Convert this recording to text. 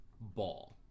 Ball